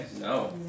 No